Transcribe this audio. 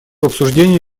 обсуждении